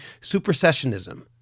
supersessionism